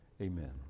Amen